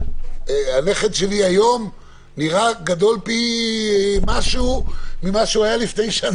הנכד שלי היום נראה גדול פי משהו ממה שהיה לפני שנה.